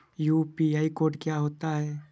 UPI code क्या होता है?